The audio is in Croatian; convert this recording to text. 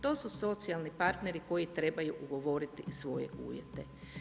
To su socijalni partneri koji trebaju ugovoriti svoje uvjete.